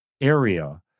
Area